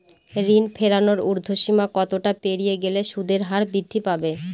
ঋণ ফেরানোর উর্ধ্বসীমা কতটা পেরিয়ে গেলে সুদের হার বৃদ্ধি পাবে?